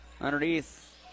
underneath